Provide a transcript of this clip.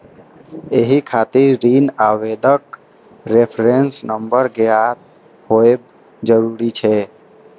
एहि खातिर ऋण आवेदनक रेफरेंस नंबर ज्ञात होयब जरूरी छै